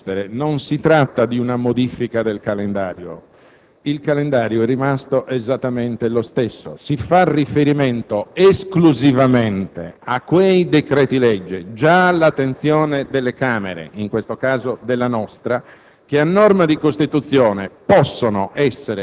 Senatrice Alberti Casellati, mi permetto ancora di insistere. Non si tratta di una modifica del calendario. Il calendario è rimasto esattamente lo stesso. Si fa riferimento esclusivamente a quei decreti‑legge, già all'attenzione delle Camere, in questo caso della nostra,